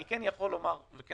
ואם